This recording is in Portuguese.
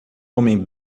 homem